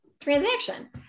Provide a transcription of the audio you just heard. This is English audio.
transaction